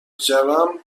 جوم